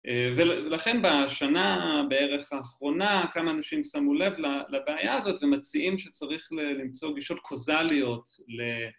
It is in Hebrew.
ולכן בשנה בערך האחרונה כמה אנשים שמו לב לבעיה הזאת ומציעים שצריך למצוא גישות קוזליות